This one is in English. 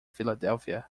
philadelphia